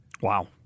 Wow